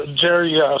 Jerry